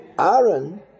Aaron